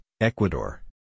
Ecuador